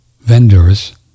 vendors